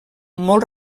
molt